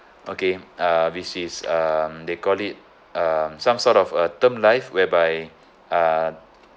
okay uh which is um they call it um some sort of a term life whereby uh